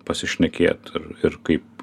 pasišnekėt ir kaip